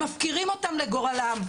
מפקירים אותם לגורלן,